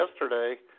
yesterday